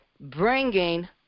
bringing